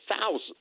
thousands